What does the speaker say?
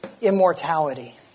immortality